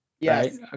Yes